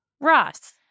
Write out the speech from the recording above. Ross